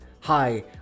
Hi